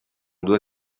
due